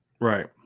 right